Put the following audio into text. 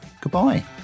goodbye